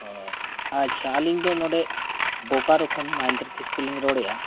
ᱦᱳᱭ ᱟᱪᱪᱷᱟ ᱟᱹᱞᱤᱧ ᱫᱚ ᱱᱚᱰᱮ ᱵᱳᱠᱟᱨᱳ ᱠᱷᱚᱱ ᱢᱚᱦᱱᱫᱨᱚ ᱠᱤᱥᱠᱩ ᱞᱤᱧ ᱨᱚᱲᱮᱫᱼᱟ